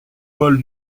paul